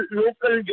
local